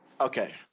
okay